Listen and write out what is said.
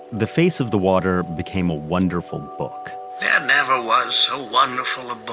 the face of the water became a wonderful book there never was so wonderful a